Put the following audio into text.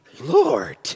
Lord